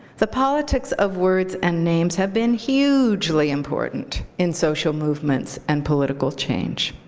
the politics of words and names have been hugely important in social movements and political change.